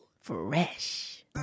Fresh